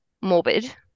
morbid